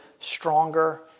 stronger